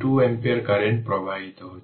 শেষ পর্যন্ত রেজিষ্টর বিলুপ্ত হয়